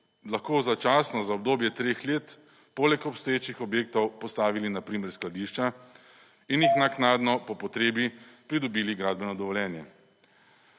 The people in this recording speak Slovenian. lahko začasno za obdobje treh let poleg obstoječih objektov postavili na primer skladišča in jih naknadno po potrebi pridobili gradbeno dovoljenje.